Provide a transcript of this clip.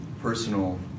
personal